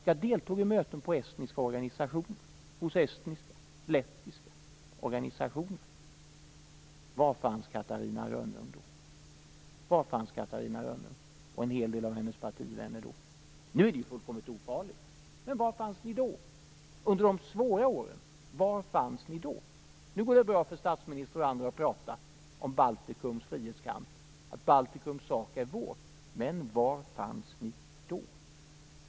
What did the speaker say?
Jag deltog i möten hos estniska och lettiska organisationer. Var fanns Catarina Rönnung och en hel del av hennes partivänner då? Nu är det fullkomligt ofarligt. Men var fanns ni under de svåra åren? Var fanns ni då? Nu går det bra för statsministern och andra att tala om Baltikums frihetskamp och säga att Baltikums sak är vår. Men var fanns ni då?